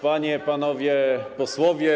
Panie i Panowie Posłowie!